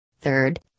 Third